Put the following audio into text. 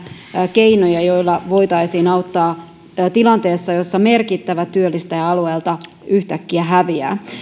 keinoja joilla voitaisiin auttaa tilanteessa jossa merkittävä työllistäjä alueelta yhtäkkiä häviää